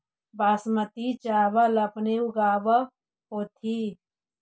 बासमती चाबल अपने ऊगाब होथिं?